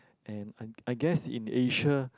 and I I guess in Asia